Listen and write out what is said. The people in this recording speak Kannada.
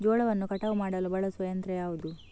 ಜೋಳವನ್ನು ಕಟಾವು ಮಾಡಲು ಬಳಸುವ ಯಂತ್ರ ಯಾವುದು?